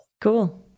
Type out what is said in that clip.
cool